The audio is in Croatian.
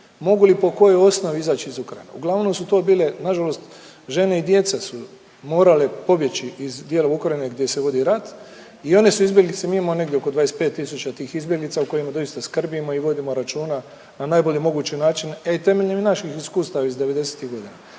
mogu li po kojoj osnovi izaći iz Ukrajine. Uglavnom su to bile na žalost žene i djeca su morale pobjeći iz dijela Ukrajine gdje se vodi rat i one su izbjeglice, mi imamo negdje oko 25000 tih izbjeglica o kojima doista skrbimo i vodimo računa na najbolji mogući način, a i temeljem i naših iskustava iz devedesetih